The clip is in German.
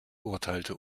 urteilte